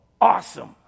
awesome